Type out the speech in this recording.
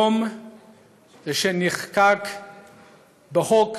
יום שנחקק בחוק